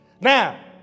Now